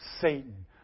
Satan